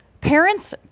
Parents